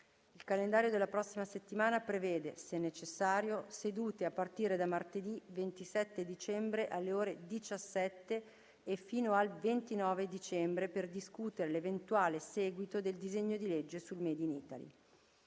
Il calendario della prossima settimana prevede, se necessario, sedute a partire da martedì 27 dicembre, alle ore 17, e fino al 29 dicembre, per discutere l’eventuale seguito del disegno di legge sul made in Italy.